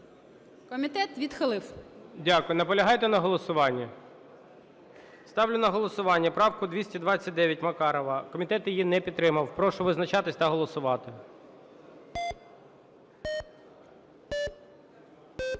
Комітет відхилив. ГОЛОВУЮЧИЙ. Дякую. Наполягаєте на голосуванні? Ставлю на голосування правку 229 Макарова. Комітет її не підтримав. Прошу визначатись та голосувати. 11:04:25